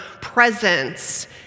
presence